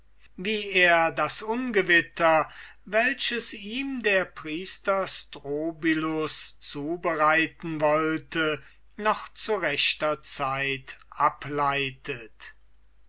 wie er das ungewitter welches ihm der priester strobylus zubereiten wollte noch zu rechter zeit ableitet